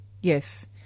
Yes